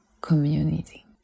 community